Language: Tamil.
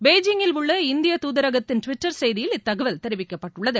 பெய்ஜிங்கில் உள்ள இந்திய அதரகத்தின் டுவிட்டர் செய்தியில் இத்தகவல் தெரிவிக்கப்பட்டுள்ளது